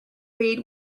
read